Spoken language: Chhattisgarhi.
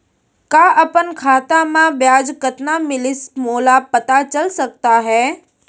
का अपन खाता म ब्याज कतना मिलिस मोला पता चल सकता है?